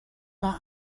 mae